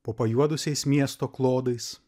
po pajuodusiais miesto klodais